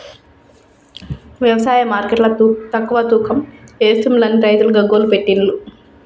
వ్యవసాయ మార్కెట్ల తక్కువ తూకం ఎస్తుంలని రైతులు గగ్గోలు పెట్టిన్లు